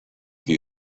the